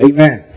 Amen